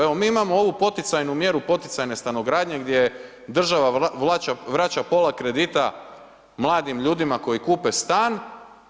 Evo, mi imamo ovu poticajnu mjeru, poticajne stanogradnje, gdje država vraća pola kredita mladim ljudima koji kupe stan.